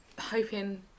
hoping